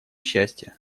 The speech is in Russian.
счастья